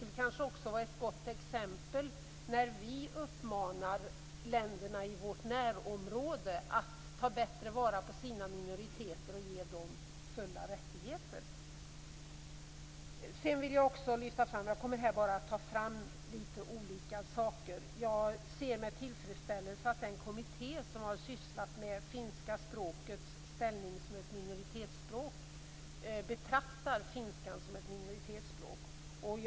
Det kunde också vara ett gott exempel när vi uppmanar länder i vårt närområde att bättre ta vara på sina minoriteter och ge dem fullständiga rättigheter. Jag kommer här att lyfta fram litet olika saker. Jag ser med tillfredsställelse att den kommitté som har sysslat med finska språkets ställning som ett minoritetsspråk betraktar finskan som ett minoritetsspråk.